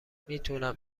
میتونم